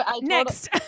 next